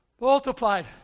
multiplied